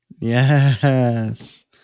Yes